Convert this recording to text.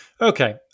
Okay